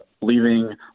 leaving